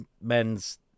men's